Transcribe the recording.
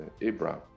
Abraham